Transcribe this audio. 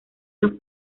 los